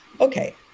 okay